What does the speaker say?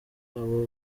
abo